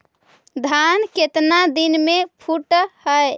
धान केतना दिन में फुट है?